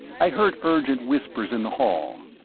i heard urgent whispers in the hall.